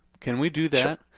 can we do that?